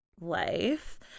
life